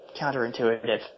counterintuitive